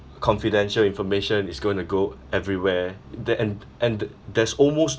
confidential information is going to go everywhere there and and ther~ there's almost